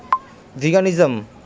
veganism